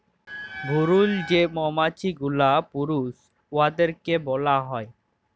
ভুরুল যে মমাছি গুলা পুরুষ উয়াদেরকে ব্যলা হ্যয়